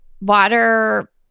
water